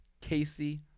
Casey